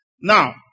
Now